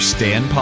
Stan